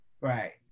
Right